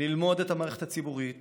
ללמוד את המערכת הציבורית